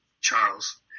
Charles